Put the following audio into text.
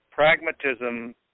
Pragmatism